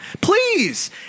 Please